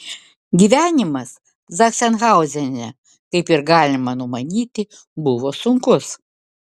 gyvenimas zachsenhauzene kaip ir galima numanyti buvo sunkus